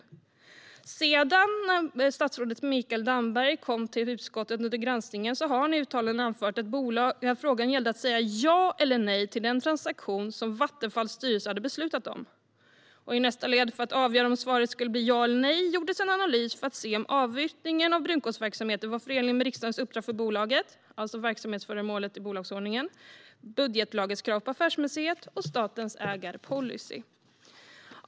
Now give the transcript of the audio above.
Gransknings-betänkandeVissa frågor om regeringens ansvar för förvaltningen och statliga bolag När statsrådet Mikael Damberg sedan kom till utskottet under granskningen anförde han i uttalanden att frågan gällde att säga ja eller nej till den transaktion som Vattenfalls styrelse hade beslutat om. För att i nästa led avgöra om svaret skulle bli ja eller nej gjordes en analys för att se om avyttringen av brunkolsverksamheten var förenlig med riksdagens uppdrag för bolaget, det vill säga verksamhetsföremålet i bolagsordningen, samt budgetlagens krav på affärsmässighet och statens ägarpolicy.